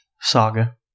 saga